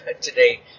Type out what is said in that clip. today